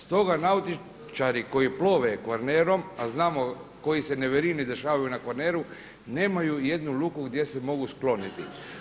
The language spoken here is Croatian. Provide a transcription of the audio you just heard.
Stoga nautičari koji plove Kvarnerom, a znamo koji se neverini dešavaju na Kvarneru, nemaju jednu luku gdje se mogu skloniti.